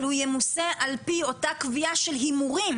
אבל הוא ימוסה על פי אותה קביעה של הימורים